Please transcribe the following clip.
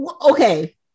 Okay